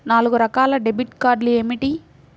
నాలుగు రకాల డెబిట్ కార్డులు ఏమిటి?